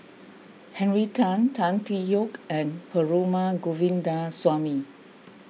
Henry Tan Tan Tee Yoke and Perumal Govindaswamy